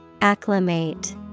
Acclimate